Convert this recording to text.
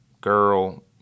girl